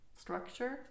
structure